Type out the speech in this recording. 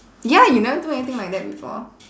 ya you never do anything like that before